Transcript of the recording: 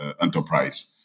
enterprise